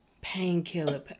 Painkiller